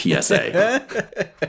PSA